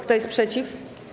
Kto jest przeciw?